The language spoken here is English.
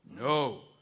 No